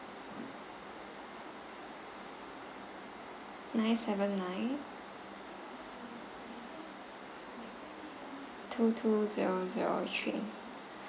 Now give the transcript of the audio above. nine seven nine two two zero zero three